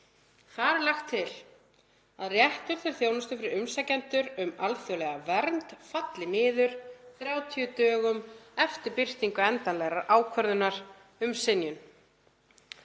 Þar er lagt til að réttur til þjónustu fyrir umsækjendur um alþjóðlega vernd falli niður 30 dögum eftir birtingu endanlegrar ákvörðunar um synjun.